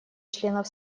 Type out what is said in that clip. членов